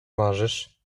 marzysz